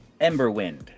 Emberwind